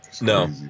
No